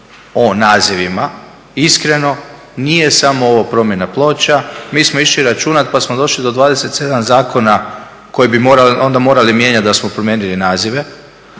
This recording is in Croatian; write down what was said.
o nazivima. Iskreno, nije samo ovo promjena ploča. Mi smo išli računati, pa smo došli do 27 zakona koje bi onda morali mijenjati da smo promijenili nazive.